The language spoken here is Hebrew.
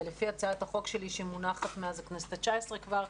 ולפי הצעת החוק שלי שמונחת מאז הכנסת ה-19 כבר,